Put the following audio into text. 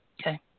Okay